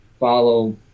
follow